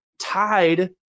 tied